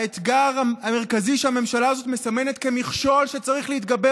האתגר המרכזי שהממשלה הזאת מסמנת כמכשול שצריך להתגבר